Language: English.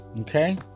Okay